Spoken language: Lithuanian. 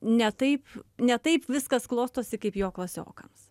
ne taip ne taip viskas klostosi kaip jo klasiokams